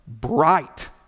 bright